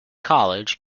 college